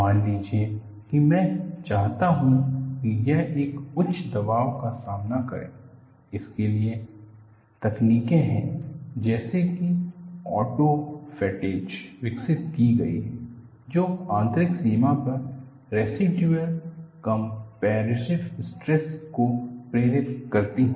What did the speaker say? मान लीजिए कि मैं चाहता हूं कि यह एक उच्च दबाव का सामना करे उसके लिए तकनीकें हैं जैसे कि ऑटॉफ्रेट्टेज विकसित की गई है जो आंतरिक सीमा पर रैसिडुअल कॉम्परैसिव स्ट्रेस को प्रेरित करती है